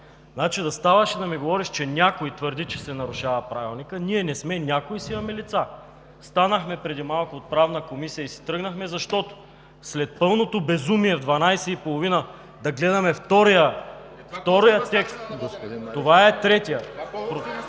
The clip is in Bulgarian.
Да ставаш и да ми говориш, че някой твърди, че се нарушава Правилникът, ние не сме „някой“ и си имаме лица. Станахме преди малко от Правната комисия и си тръгнахме, защото след пълното безумие в 00,30 ч. да гледаме втория текст… ВЕСЕЛИН